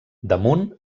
damunt